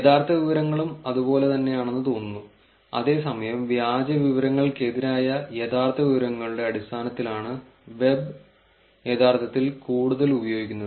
യഥാർത്ഥ വിവരങ്ങളും അതുപോലെ തന്നെയാണെന്ന് തോന്നുന്നു അതേസമയം വ്യാജ വിവരങ്ങൾക്കെതിരായ യഥാർത്ഥ വിവരങ്ങളുടെ അടിസ്ഥാനത്തിലാണ് വെബ് യഥാർത്ഥത്തിൽ കൂടുതൽ ഉപയോഗിക്കുന്നത്